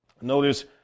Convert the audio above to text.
Notice